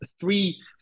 three